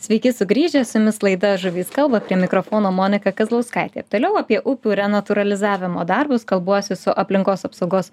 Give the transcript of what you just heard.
sveiki sugrįžę su jumis laida žuvys kalba prie mikrofono monika kazlauskaitė toliau apie upių renatūralizavimo darbus kalbuosi su aplinkos apsaugos